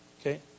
okay